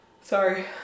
Sorry